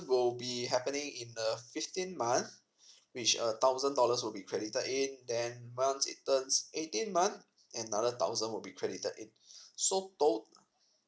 would be happening in the fifteen month which a thousand dollars will be credited in then once it turns eighteen month another thousand will be credited in so tot~